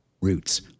Roots